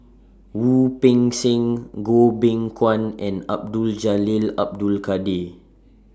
Wu Peng Seng Goh Beng Kwan and Abdul Jalil Abdul Kadir